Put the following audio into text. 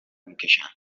میکشند